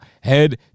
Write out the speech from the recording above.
head